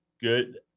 Good